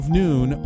noon